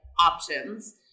options